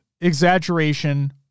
exaggeration